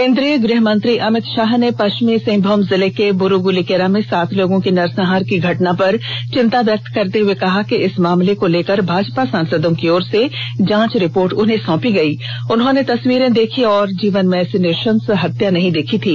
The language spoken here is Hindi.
केंद्रीय गृहमंत्री अमित शाह ने पश्चिमी सिंहभूम जिले के ब्रुगुलीकेरा में सात लोगों के नरसंहार की घटना पर चिंता व्यक्त करते हुए कहा कि इस मामले को लेकर भाजपा सांसदों की ओर से जांच रिपोर्ट उन्हें सौंपी गयी उन्होंने तस्वीरें देखी और जीवन में ऐसी नृशंस हत्या नहीं देखी